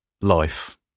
life